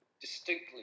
distinctly